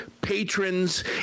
patrons